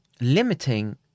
limiting